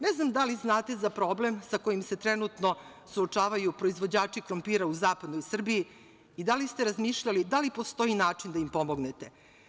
Ne znam da li znate za problem sa kojim se trenutno suočavaju proizvođači krompira u zapadnoj Srbiji i da li ste razmišljali da li postoji način da im pomognete.